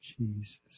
Jesus